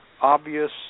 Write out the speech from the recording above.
obvious